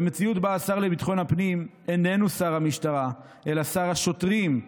במציאות שבה השר לביטחון הפנים אינו שר המשטרה אלא שר השוטרים,